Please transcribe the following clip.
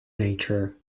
nature